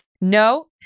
No